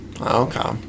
Okay